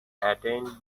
attend